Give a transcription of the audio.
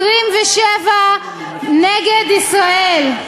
27 נגד ישראל.